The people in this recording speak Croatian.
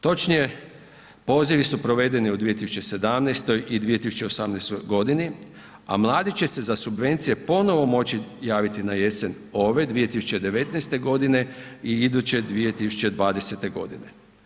Točnije pozivi su provedeni u 2017. i 2018. godini a mladi će se za subvencije ponovno moći javiti na jesen ove 2019. godine i iduće 2020. godine.